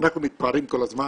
אנחנו מתפארים כל הזמן,